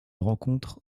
rencontre